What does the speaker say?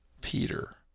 Peter